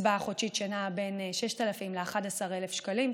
קצבה חודשית שנעה בין 6,000 ל-11,000 שקלים,